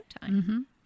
time